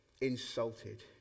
insulted